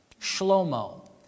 Shlomo